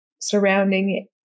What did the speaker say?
surrounding